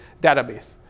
database